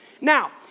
now